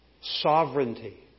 sovereignty